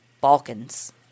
Balkans